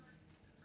sorry